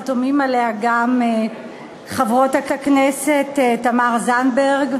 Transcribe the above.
חתומות עליה גם חברות הכנסת תמר זנדברג,